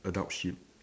adult sheep